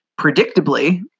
predictably